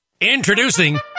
Introducing